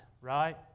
right